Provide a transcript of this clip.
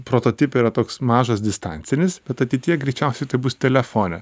prototipai yra toks mažas distancinis bet ateityje greičiausiai tai bus telefone